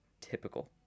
typical